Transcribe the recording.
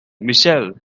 michelle